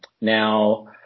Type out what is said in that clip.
Now